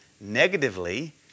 Negatively